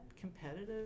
competitive